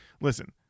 listen